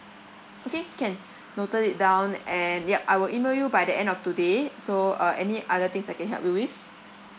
okay can noted it down and yup I will email you by the end of today so uh any other things I can help you with